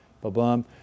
Ba-bum